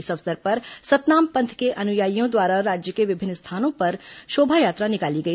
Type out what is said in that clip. इस अवसर पर सतनाम पंथ के अनुयायियों द्वारा राज्य के विभिन्न स्थानों में शोभायात्रा निकाली गई